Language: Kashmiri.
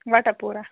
وٹاپوٗرہ